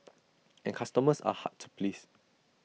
and customers are hard to please